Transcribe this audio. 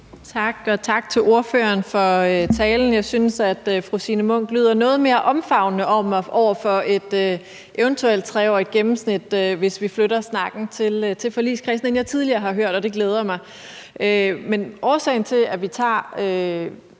Tak. Og tak til ordføreren for talen. Jeg synes, at fru Signe Munk lyder noget mere omfavnende over for et eventuelt 3-årigt gennemsnit, hvis vi flytter snakken til forligskredsen, end jeg tidligere har hørt det, og det glæder mig. Men årsagen til, at vi tager